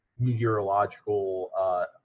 meteorological